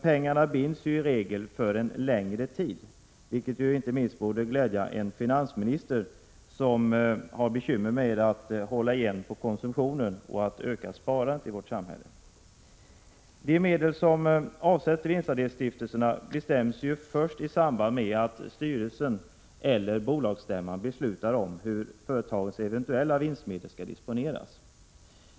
Pengarna binds i regel för en längre tid, vilket inte minst borde glädja finansministern som har bekymmer med att hålla igen på konsumtionen och öka sparandet i samhället. Storleken på de medel som avsätts till vinstandelsstiftelsen bestäms först i samband med att styrelsen och bolagsstämman beslutar om hur företagets eventuella vinstmedel skall disponeras.